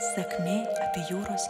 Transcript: sakmė jūros